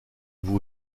vous